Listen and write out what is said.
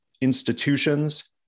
institutions